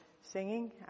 singing